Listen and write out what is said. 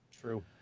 True